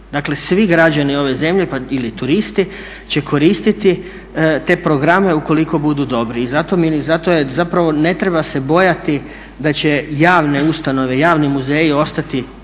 Dakle svi građani ove zemlje ili turisti će koristiti te programe ukoliko budu dobri. I zato zapravo ne treba se bojati da će javne ustanove, javni muzeji ostati